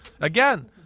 again